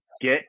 get